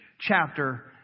chapter